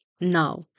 Now